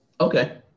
Okay